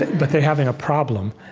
but they're having a problem.